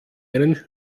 einen